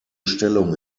stellung